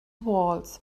walls